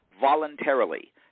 voluntarily